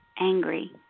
angry